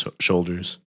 shoulders